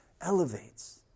elevates